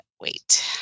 wait